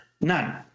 none